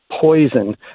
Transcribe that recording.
poison